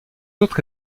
autres